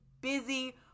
busy